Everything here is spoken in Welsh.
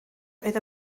oedd